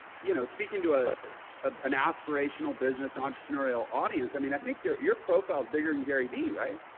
you know, speaking to, ah ah an aspirational business, entrepreneurial audience. i mean, i think your, your profile is bigger and gary v right?